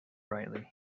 brightly